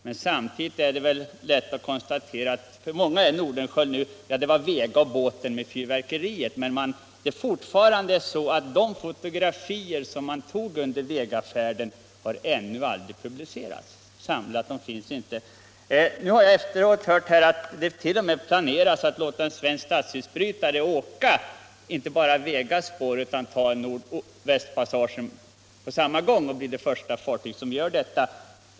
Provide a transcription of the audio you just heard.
Men samtidigt är det väl lätt att konstatera att Nordenskiöld nu för många bara är den där med båten Vega och fyrverkeriet. Ännu har emellertid de fotografier som togs under Vegafärden inte blivit publicerade i samlat skick. Nu har jag hört att det t.o.m. planeras att låta en svensk statsisbrytare inte bara följa i Vegas spår utan på samma gång klara Nordvästpassagen och därmed bli det första fartyg som gör detta.